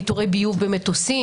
ניטורי ביוב במטוסים,